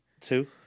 Two